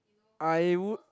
I would